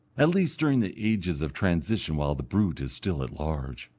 at least during the ages of transition while the brute is still at large.